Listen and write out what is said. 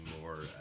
more